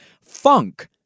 FUNK